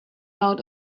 out